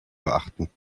beachten